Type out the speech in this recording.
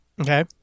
Okay